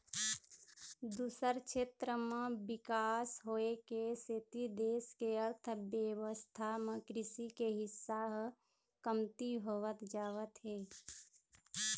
दूसर छेत्र म बिकास होए के सेती देश के अर्थबेवस्था म कृषि के हिस्सा ह कमती होवत जावत हे